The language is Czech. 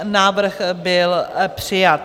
Návrh byl přijat.